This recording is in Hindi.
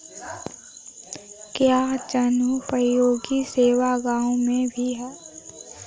क्या जनोपयोगी सेवा गाँव में भी है?